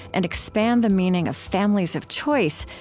and expand the meaning of families of choice,